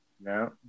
no